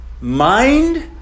Mind